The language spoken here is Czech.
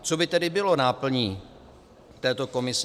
Co by tedy bylo náplní této komise?